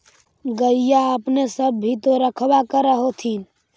गईया अपने सब भी तो रखबा कर होत्थिन?